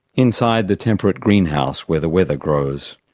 inside the temperate greenhouse, where the weather grows.